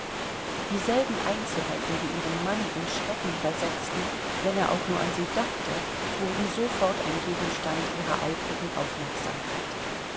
dieselben einzelheiten die ihren mann in schrecken versetzten wenn er auch nur an sie dachte wurden sofort ein gegenstand ihrer eifrigen aufmerksamkeit